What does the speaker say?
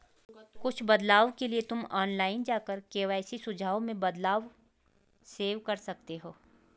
कुछ बदलाव के लिए तुम ऑनलाइन जाकर के.वाई.सी सुझाव में बदलाव सेव कर सकते हो